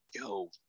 yo